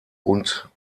und